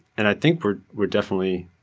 and i think we're we're definitely,